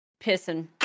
pissing